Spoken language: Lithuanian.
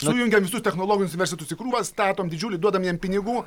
sujungiam visus technologinius universitus į krūvą statom didžiulį duodam jiem pinigų